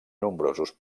nombrosos